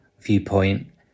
viewpoint